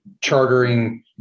chartering